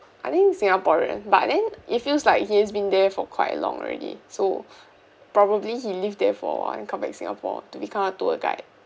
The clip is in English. I think singaporean but then it feels like he has been there for quite long already so probably he lived there for a while then come back singapore to become a tour guide